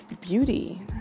beauty